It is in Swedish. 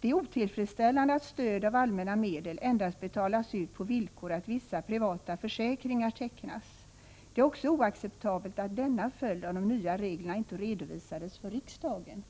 Det är otillfredsställande att stöd av allmänna medel endast betalas ut på villkor att vissa privata försäkringar tecknas. Det är också oacceptabelt att denna följd av de nya reglerna inte redovisades för riksdagen.